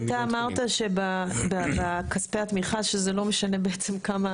אמרת שבכספי התמיכה שזה בעצם לא משנה כמה